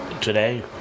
Today